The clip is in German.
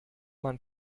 man